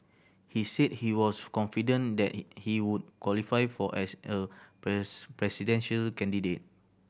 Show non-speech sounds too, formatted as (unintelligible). he said he was confident that (unintelligible) he would qualify for as a (unintelligible) presidential candidate